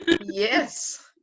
yes